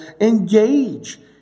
engage